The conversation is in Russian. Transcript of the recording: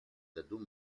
году